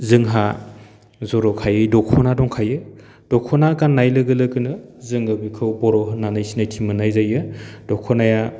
जोंहा जर'खायै दख'ना दंखायो दख'ना गान्नाय लोगो लोगोनो जोङो बेखौ बर' होन्नानै सिनायथि मोन्नाय जायो दख'नाया